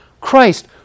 Christ